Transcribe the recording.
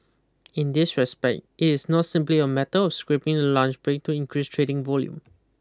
in this respect it is not simply a matter of scrapping the lunch break to increase trading volume